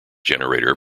generator